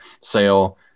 sale